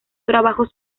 trabajos